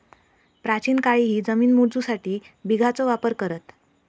प्राचीन काळीही जमिनी मोजूसाठी बिघाचो वापर करत